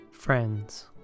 Friends